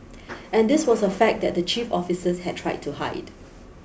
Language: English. and this was a fact that the chief officers had tried to hide